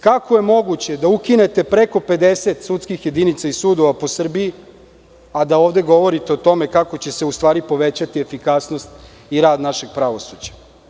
Kako je moguće da ukinete preko 50 sudskih jedinica iz sudova po Srbiji, a da ovde govorite o tome kako će se u stvari povećati efikasnost i rad našeg pravosuđa?